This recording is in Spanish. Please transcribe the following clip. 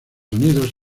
unidos